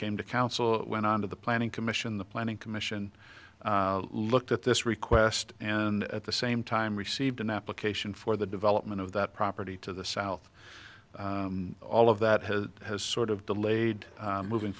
came to council went on to the planning commission the planning commission looked at this request and at the same time received an application for the development of that property to the south all of that has has sort of delayed moving